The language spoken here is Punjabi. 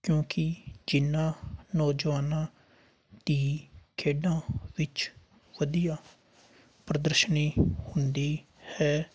ਕਿਉਂਕਿ ਜਿੰਨ੍ਹਾਂ ਨੌਜਵਾਨਾਂ ਦੀ ਖੇਡਾਂ ਵਿੱਚ ਵਧੀਆ ਪ੍ਰਦਰਸ਼ਨੀ ਹੁੰਦੀ ਹੈ